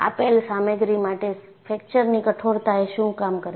આપેલ સામગ્રી માટે ફ્રેક્ચરની કઠોરતા એ શું કામ કરે છે